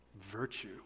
virtue